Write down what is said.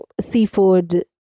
seafood